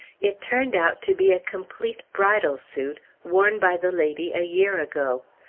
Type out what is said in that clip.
it turned out to be a complete bridal suit, worn by the lady a year ago!